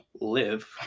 live